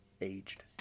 aged